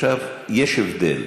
עכשיו, יש הבדל: